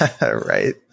Right